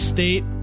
State